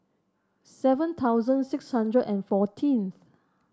seven thousand six hundred and fourteen